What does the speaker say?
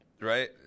Right